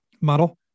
model